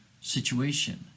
situation